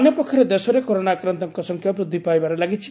ଅନ୍ୟପକ୍ଷରେ ଦେଶରେ କରୋନା ଆକ୍ରାନ୍ତଙ୍କ ସଂଖ୍ୟା ବୃଦ୍ଧିପାଇବାରେ ଲାଗିଛି